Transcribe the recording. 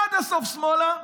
עד הסוף שמאלה.